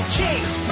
Chase